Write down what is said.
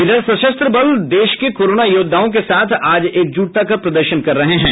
इधर सशस्त्र बल देश के कोरोना योद्वाओं के साथ आज एकजुटता का प्रदर्शन करेंगे